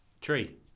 tree